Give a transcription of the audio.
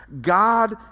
God